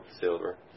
silver